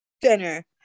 dinner